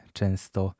często